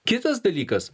kitas dalykas